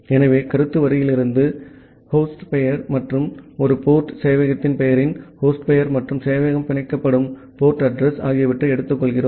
ஆகவே கருத்து வரியிலிருந்து ஹோஸ்ட்பெயர் மற்றும் ஒரு போர்ட் சேவையகத்தின் பெயரின் ஹோஸ்ட் பெயர் மற்றும் சேவையகம் பிணைக்கப்படும் போர்ட் அட்ரஸ் ஆகியவற்றை எடுத்துக்கொள்கிறோம்